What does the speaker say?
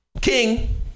king